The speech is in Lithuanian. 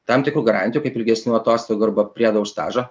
tam tikrų garantijų kaip ilgesnių atostogų arba priedo už stažą